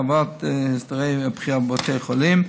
הרחבת הסדרי הבחירה בבתי החולים.